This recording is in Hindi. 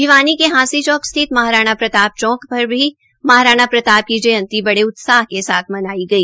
भिवानी के हांसी चौक स्थित महाराणा प्रताप चौक पर भी को महाराणा प्रताप की जयंती बड़े उत्साह के साथ मनाई गई